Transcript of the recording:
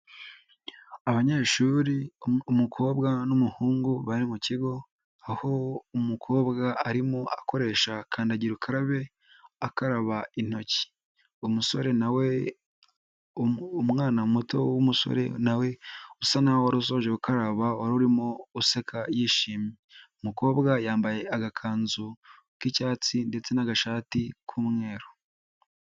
Abanyeshuri umukobwa n'umuhungu bari mu kigo aho umukobwa arimo akoresha kandagira ukarabe akaba intoki, umusore na we, umwana muto w'umusore na we usa n'aho wari usoje gukaraba wari urimo useka yishimye, umukobwa yambaye agakanzu k'icyatsi ndetse n'agashati k'umweru.